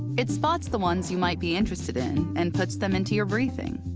it spots the ones you might be interested in, and puts them into your briefing.